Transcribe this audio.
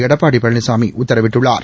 எடப்பாடி பழனிசாமி உத்தரவிட்டுள்ளார்